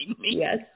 Yes